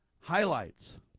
highlights